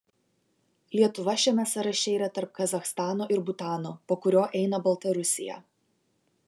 lietuva šiame sąraše yra tarp kazachstano ir butano po kurio eina baltarusija